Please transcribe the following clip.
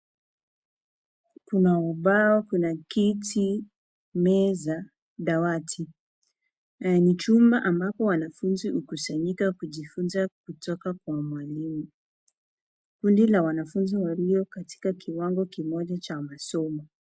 Kuna ubao, Kuna kiti, meza dawati. Ni chumba ambapo wanafunzi hukusanyika kujifunza kutoka kwa mwalimu. Ni kundi Cha wanafunzi walio katika kiwango kimoja Cha masomo.